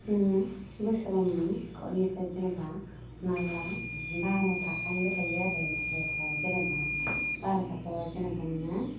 नोङो बोसोराव नोंनि एकाउन्टनिफ्राय जेन'बा मालआ बार' थाखानिबो थायो आरो इन्सुरेन्सआ जेन'बा बार' थाखायाव जेन'बा नोङो